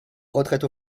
retraite